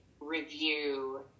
review